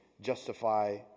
justify